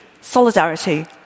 solidarity